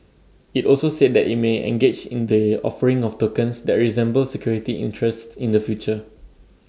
IT also said that IT may engage in the offering of tokens that resemble security interests in the future